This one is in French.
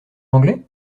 l’anglais